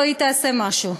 או תעשה משהו,